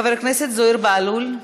חבר הכנסת זוהיר בהלול,